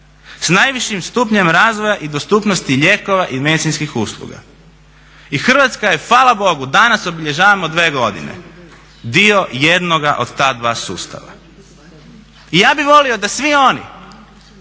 s najvišim stupnjem razvoja i dostupnosti lijekova i medicinskih usluga. I Hrvatska je hvala Bogu, danas obilježavamo dvije godine, dio jednoga od ta dva sustava. I ja bih volio da svi oni